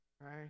right